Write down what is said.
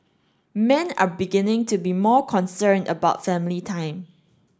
men are beginning to be more concerned about family time